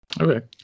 okay